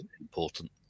important